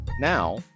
now